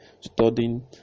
studying